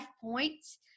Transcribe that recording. points